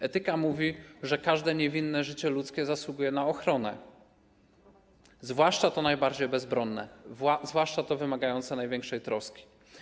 Etyka mówi, że każde niewinne życie ludzkie zasługuje na ochronę, zwłaszcza to najbardziej bezbronne, zwłaszcza to wymagające największej troski.